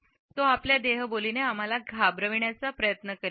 तो आपल्या देहबोलीने आम्हाला घाबरायचा प्रयत्न करीत आहे